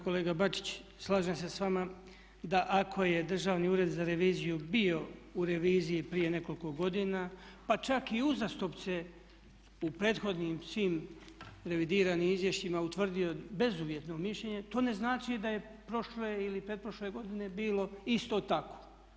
Kolega Bačić slažem se s vama da ako je Državni ured za reviziju bio u reviziji prije nekoliko godina pa čak i uzastopce u prethodnim svim revidiranim izvješćima utvrdio bezuvjetno mišljenje to ne znači da je prošle ili pretprošle godine bilo isto tako.